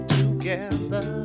together